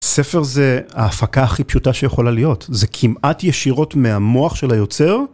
ספר זה ההפקה הכי פשוטה שיכולה להיות, זה כמעט ישירות מהמוח של היוצר.